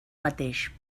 mateix